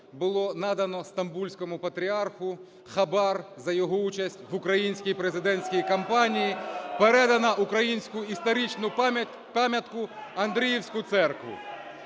було надано Стамбульському Патріарху хабар за його участь в українській президентській кампанії, передано українську історичну пам'ятку – Андріївську церкву.